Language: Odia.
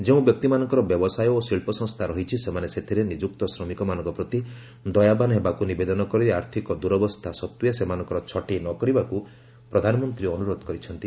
ଯେଉଁ ବ୍ୟକ୍ତିମାନଙ୍କର ବ୍ୟବସାୟ ଓ ଶିକ୍ଷସଂସ୍ଥା ରହିଛି ସେମାନେ ସେଥିରେ ନିଯୁକ୍ତ ଶ୍ରମିକମାନଙ୍କ ପ୍ରତି ଦୟାବାନ ହେବାକୁ ନିବେଦନ କରି ଆର୍ଥିକ ଦୁରାବସ୍ଥା ସତ୍ତ୍ୱେ ସେମାନଙ୍କର ଛଟେଇ ନ କରିବାକୁ ପ୍ରଧାନମନ୍ତ୍ରୀ ଅନୁରୋଧ କରିଛନ୍ତି